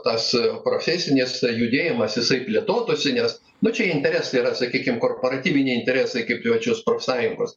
tas profesinis judėjimas jisai plėtotųsi nes nu čia interesai yra sakykim korporatyviniai interesai kaip jaučios profsąjungos